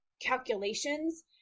calculations